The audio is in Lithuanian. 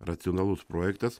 racionalus projektas